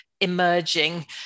emerging